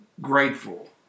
grateful